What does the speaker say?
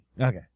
okay